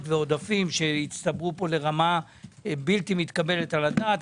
ועודפים שהצטברו פה לרמה בלתי מתקבלת על הדעת,